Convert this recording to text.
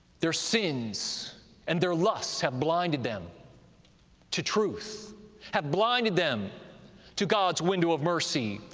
their sins and their lusts have blinded them to truth have blinded them to god's window of mercy,